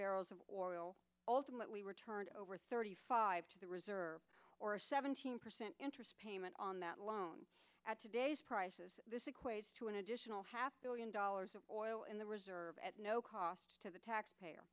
barrels of oil ultimately returned over thirty five to the reserve or a seventeen percent interest payment on that loan at today's prices this equates to an additional half billion dollars of oil in the reserve at no cost to the taxpayer